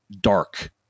dark